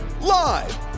Live